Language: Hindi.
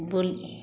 बोल